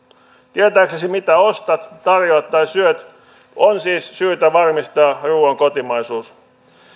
tietääksesi mitä ostat tarjoat tai syöt on siis syytä varmistaa ruuan kotimaisuus